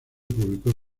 publicó